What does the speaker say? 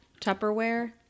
Tupperware